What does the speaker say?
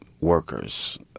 workers